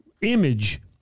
image